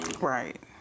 right